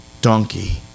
donkey